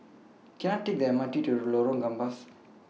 Can I Take The M R T to Lorong Gambas